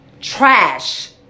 trash